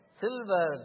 silver